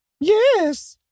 Yes